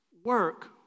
work